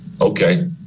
Okay